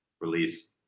release